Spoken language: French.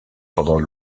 pendant